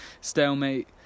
stalemate